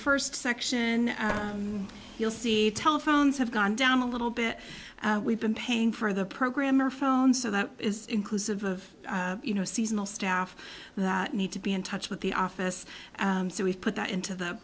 first section you'll see telephones have gone down a little bit we've been paying for the programmer phone so that is inclusive of you know seasonal staff that need to be in touch with the office so we put that into the